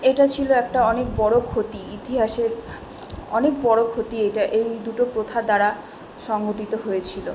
এটা ছিলো একটা অনেক বড়ো ক্ষতি ইতিহাসের অনেক বড়ো ক্ষতি এটা এই দুটো প্রথা দ্বারা সংঘটিত হয়েছিলো